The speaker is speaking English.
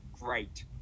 great